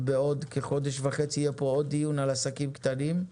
ובעוד כחודש וחצי יהיה עוד דיון על עסקים קטנים.